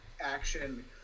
action